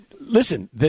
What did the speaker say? Listen